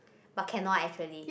but cannot actually